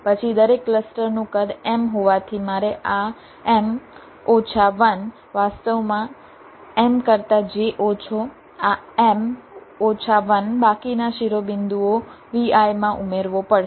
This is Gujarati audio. પછી દરેક ક્લસ્ટરનું કદ m હોવાથી મારે આ m ઓછા 1 વાસ્તવમાં m કરતાં j ઓછો આ m ઓછા 1 બાકીના શિરોબિંદુઓ Vi માં ઉમેરવો પડશે